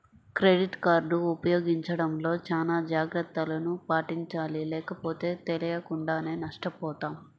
credit card ఉపయోగించడంలో చానా జాగర్తలను పాటించాలి లేకపోతే తెలియకుండానే నష్టపోతాం